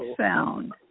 sound